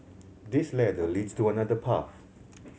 this ladder leads to another path